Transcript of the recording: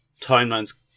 timelines